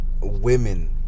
women